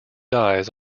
dies